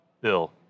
Bill